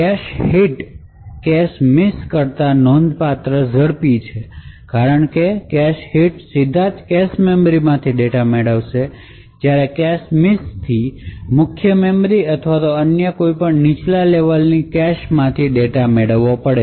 cache hit cache miss કરતા નોંધપાત્ર ઝડપી છે અને કારણ કે કેશ હિટ સીધા કેશ મેમરીમાંથી ડેટા મેળવે છે જ્યારે કેશ મિસથી મુખ્ય મેમરી અથવા અન્ય કોઈપણ નીચલા કેશમાંથી ડેટા મેળવવો પડશે